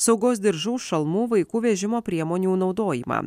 saugos diržų šalmų vaikų vežimo priemonių naudojimą